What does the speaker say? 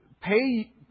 pay